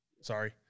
Sorry